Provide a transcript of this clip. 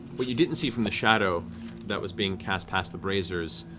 what you didn't see from the shadow that was being cast past the braziers,